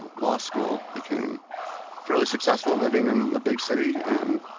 law school, became fairly successful living in the big city, and,